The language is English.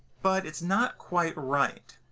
but it's not quite right.